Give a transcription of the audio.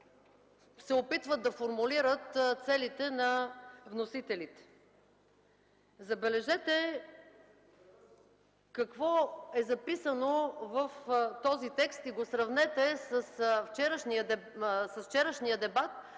се опитват да формулират целите на вносителите. Забележете какво е записано в този текст и го сравнете с вчерашния дебат